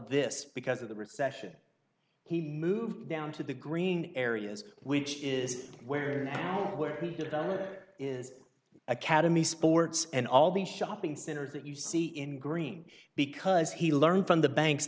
this because of the recession he moved down to the green areas which is where it is academy sports and all the shopping centers that you see in green because he learned from the banks